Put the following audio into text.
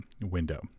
window